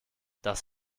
das